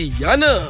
yana